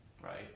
right